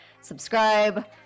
subscribe